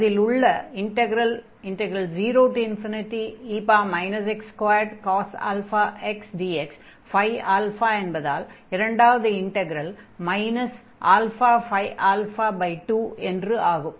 அதில் உள்ள integral 0e x2cos αx dx என்பதால் இரண்டாவது இன்டக்ரல் αϕ2 என்று ஆகும்